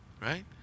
Right